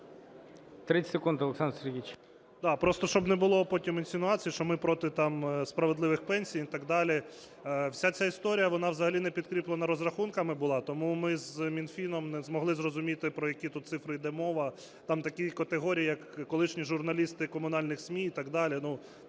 30 секунд, Олександр Сергійович.